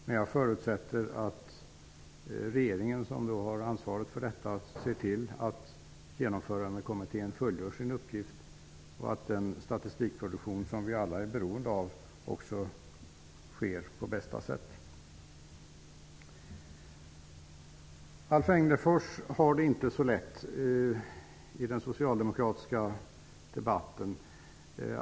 Men jag förutsätter att regeringen, som har ansvaret, ser till att genomförandekommittén fullgör sin uppgift och att den statistikproduktion som vi alla är beroende av sker på bästa sätt. Alf Egnerfors har det inte så lätt i den socialdemokratiska debatten.